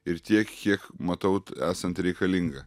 ir tiek kiek matau t esant reikalinga